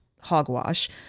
hogwash